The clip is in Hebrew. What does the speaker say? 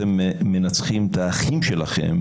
אתם מנצחים את האחים שלכם.